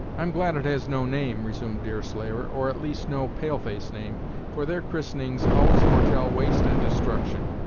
i'm glad it has no name, resumed deerslayer, or at least, no pale-face name for their christenings always foretell waste and destruction.